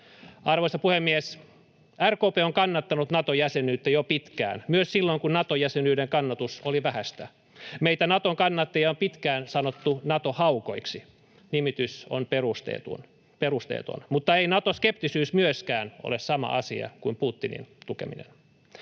Arvoisa puhemies! RKP on kannattanut Nato-jäsenyyttä jo pitkään, myös silloin kun Nato-jäsenyyden kannatus oli vähäistä. Meitä Naton kannattajia on pitkään sanottu Nato-haukoiksi. Nimitys on perusteeton, mutta ei Nato-skeptisyys myöskään ole sama asia kuin Putinin tukeminen.